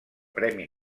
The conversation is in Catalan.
premi